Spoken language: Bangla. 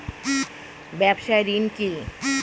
ব্যবসায় ঋণ কি?